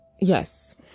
Yes